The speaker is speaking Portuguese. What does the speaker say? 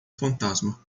fantasma